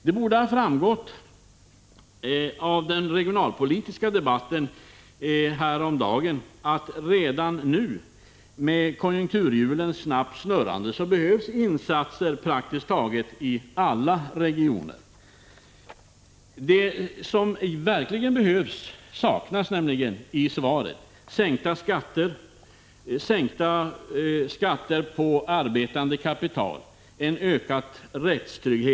Det borde ha framgått av den regionalpolitiska debatten häromdagen att redan nu, med konjunkturhjulen snabbt snurrande, behövs insatser i praktiskt taget alla regioner. Det som verkligen behövs saknas nämligen i svaret: sänkta skatter på arbetande kapital och inte minst en ökad rättstrygg — Prot.